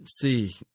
see